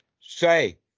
say